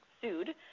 sued